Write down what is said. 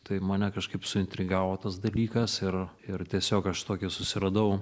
tai mane kažkaip suintrigavo tas dalykas ir ir tiesiog aš tokį susiradau